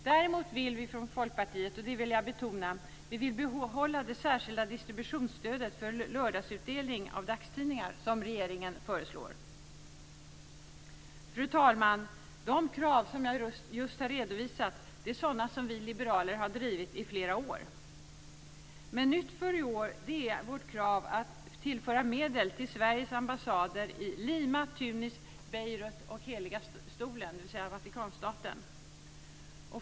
Däremot vill vi i Folkpartiet, och det vill jag betona, behålla det särskilda distributionsstödet för lördagsutdelning av dagstidningar, vilket regeringen föreslår. Fru talman! De krav som jag just har redovisat är sådana som vi liberaler har drivit i flera år. Men nytt för i år är vårt krav att tillföra medel till Sveriges ambassader i Lima, Tunis, Beirut och Heliga Stolen, dvs. Vatikanstaten.